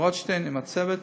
עם רוטשטיין, עם הצוות,